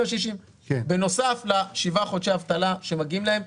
בנוסף לשבעה חודשי אבטלה שמגיעים להן,